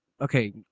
okay